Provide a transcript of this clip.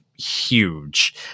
huge